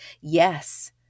Yes